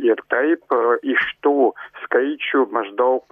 ir tai ko iš tų skaičių maždaug